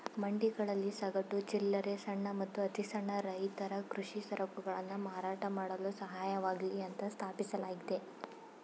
ಮಂಡಿಗಳಲ್ಲಿ ಸಗಟು, ಚಿಲ್ಲರೆ ಸಣ್ಣ ಮತ್ತು ಅತಿಸಣ್ಣ ರೈತರ ಕೃಷಿ ಸರಕುಗಳನ್ನು ಮಾರಾಟ ಮಾಡಲು ಸಹಾಯವಾಗ್ಲಿ ಅಂತ ಸ್ಥಾಪಿಸಲಾಗಿದೆ